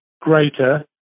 greater